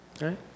Right